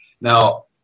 Now